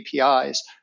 APIs